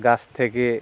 গাছ থেকে